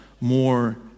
more